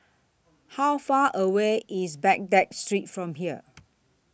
How Far away IS Baghdad Street from here